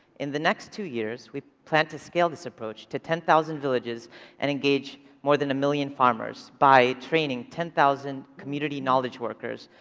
in the next two years, we plan to scale this approach to ten thousand villages and engage more than a million farmers by training ten thousand community knowledge workers,